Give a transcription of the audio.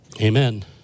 Amen